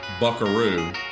Buckaroo